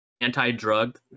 anti-drug